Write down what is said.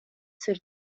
sur